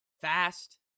fast